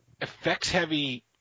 effects-heavy